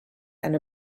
and